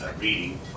reading